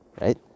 Right